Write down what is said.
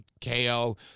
KO